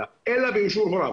אלא באישור הוריו.